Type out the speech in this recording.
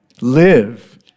Live